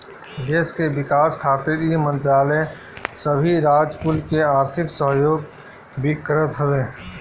देस के विकास खातिर इ मंत्रालय सबही राज कुल के आर्थिक सहयोग भी करत हवे